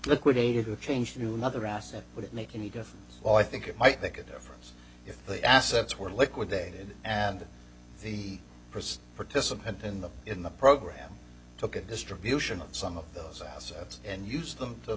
liquidated or changed to another asset would it make any difference well i think it might make a difference if the assets were liquidated and the first participant in the in the program took a distribution of some of those assets and used them to